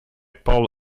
paula